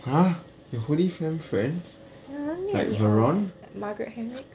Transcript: !huh! ya holy friend friends like verone